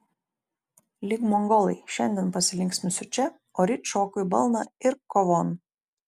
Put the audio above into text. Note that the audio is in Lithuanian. lyg mongolai šiandien pasilinksminsiu čia o ryt šoku į balną ir kovon